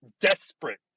Desperate